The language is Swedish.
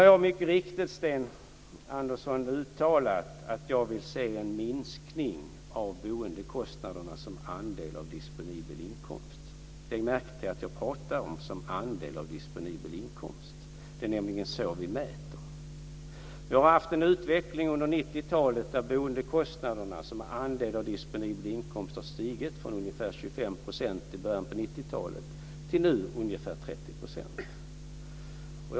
Jag har mycket riktigt, Sten Andersson, uttalat att jag vill se en minskning av boendekostnaderna som andel av disponibel inkomst. Lägg märke till att jag pratar om "andel av disponibel inkomst". Det är nämligen så vi mäter. Vi har haft en utveckling under 90-talet där boendekostnaderna som andel av disponibel inkomst har stigit från ungefär 25 % i början på 90-talet till ungefär 30 % nu.